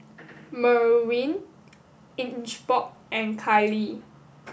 Merwin Ingeborg and Kiley